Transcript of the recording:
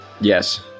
Yes